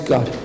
God